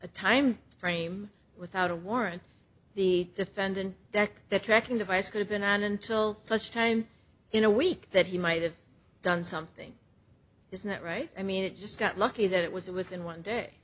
a time frame without a warrant the defendant that the tracking device could have been on until such time in a week that he might have done something is not right i mean it just got lucky that it was it within one day